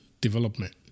development